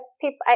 people